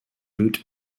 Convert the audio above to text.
root